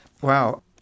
Wow